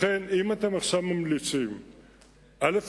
לכן, אם אתם עכשיו ממליצים, א.